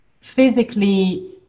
physically